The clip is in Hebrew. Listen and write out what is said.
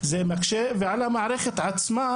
זה מקשה; ועל המערכת עצמה,